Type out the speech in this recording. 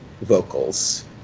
vocals